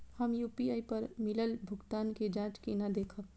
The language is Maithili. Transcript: हम यू.पी.आई पर मिलल भुगतान के जाँच केना देखब?